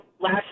Last